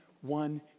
one